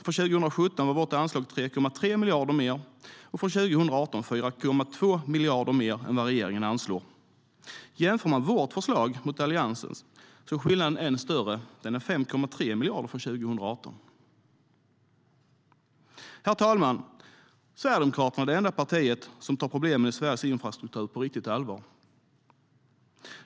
För 2017 var vårt anslag 3,3 miljarder större och från 2018 4,2 miljarder större än vad regeringen anslagit. Jämför man vårt förslag med Alliansens är skillnaden än större: 5,3 miljarder från 2018.Herr talman! Sverigedemokraterna är det enda parti som tar problemen med Sveriges infrastruktur på riktigt allvar.